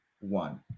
one